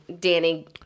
Danny